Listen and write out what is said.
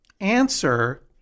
Answer